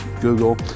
Google